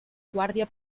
guàrdia